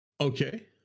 Okay